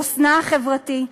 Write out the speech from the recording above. חוסנה החברתי,